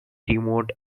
remote